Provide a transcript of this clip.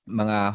mga